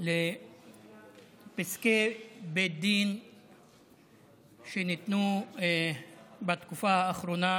לפסקי בית דין שניתנו בתקופה האחרונה